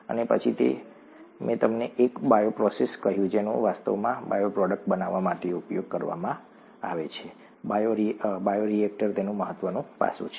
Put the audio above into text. અને પછી મેં તમને એક બાયોપ્રોસેસ કહ્યું જેનો વાસ્તવમાં બાયોપ્રોડક્ટ્સ બનાવવા માટે ઉપયોગ કરવામાં આવે છે બાયોરિએક્ટર તેનું મહત્વનું પાસું છે